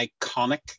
iconic